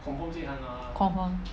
confirm